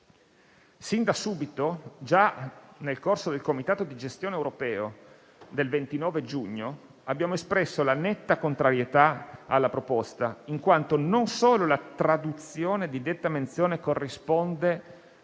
Sin da subito, già nel corso del Comitato di gestione europeo del 29 giugno, abbiamo espresso la netta contrarietà alla proposta in quanto, non solo la traduzione di detta menzione corrisponde